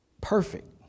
perfect